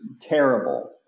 terrible